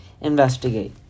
investigate